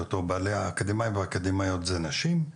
או בעלי האקדמיה או האקדמיות הן נשים,